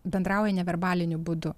bendrauja neverbaliniu būdu